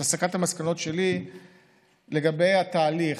את הסקת המסקנות שלי לגבי התהליך,